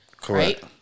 Correct